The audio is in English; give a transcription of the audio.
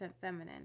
feminine